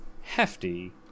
hefty